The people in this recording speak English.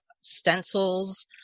stencils